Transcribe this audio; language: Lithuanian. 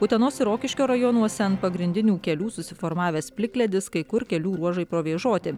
utenos ir rokiškio rajonuose ant pagrindinių kelių susiformavęs plikledis kai kur kelių ruožai provėžoti